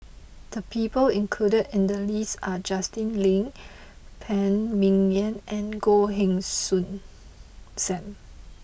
the people included in the list are Justin Lean Phan Ming Yen and Goh Heng Soon Sam